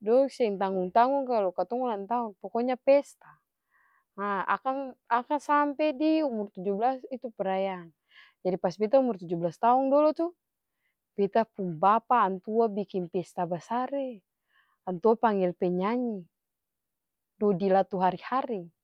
dong seng tanggung-tanggung kalu katong ulang tahun pokonya pesta, akan- akang sampe di umur tuju blas itu perayaan, jadi pas beta umur tuju blas taong dolo tuh, beta pung bapa antua biking pesta basar, antua panggel penyanyi rudy latuharihari.